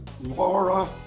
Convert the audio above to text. Laura